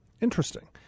interesting